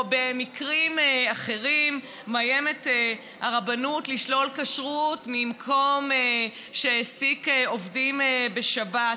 במקרים אחרים מאיימת הרבנות לשלול כשרות ממקום שהעסיק עובדים בשבת.